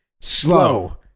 Slow